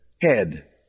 head